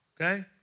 okay